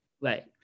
Right